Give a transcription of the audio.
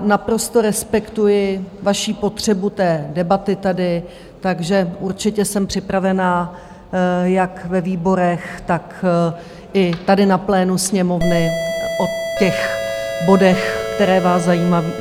Naprosto respektuji vaši potřebu debaty tady, takže určitě jsem připravena, jak ve výborech, tak i tady na plénu Sněmovny, o bodech, které vás